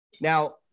Now